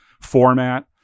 format